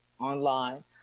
online